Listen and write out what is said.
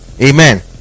Amen